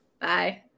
Bye